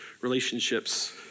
relationships